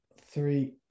three